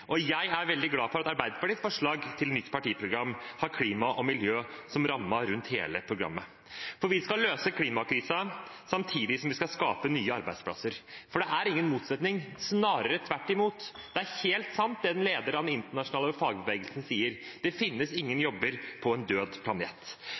og jeg er veldig glad for at Arbeiderpartiets forslag til nytt partiprogram har klima og miljø som ramme rundt hele programmet. Vi skal løse klimakrisen samtidig som vi skal skape nye arbeidsplasser. For det er ingen motsetning, snarere tvert imot: Det er helt sant, det lederen av den internasjonale fagbevegelsen sier, nemlig at det finnes ingen